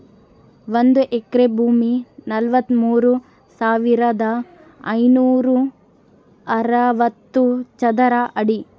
ಒಂದು ಎಕರೆ ಭೂಮಿ ನಲವತ್ಮೂರು ಸಾವಿರದ ಐನೂರ ಅರವತ್ತು ಚದರ ಅಡಿ